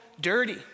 dirty